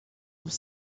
was